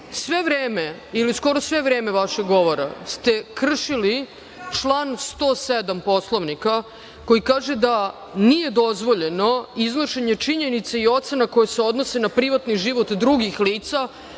Sve vreme ili skoro sve vreme vašeg govora ste kršili član 107. Poslovnika, koji kaže da nije dozvoljeno iznošenje činjenica i ocena koje se odnose na privatni život drugih lica,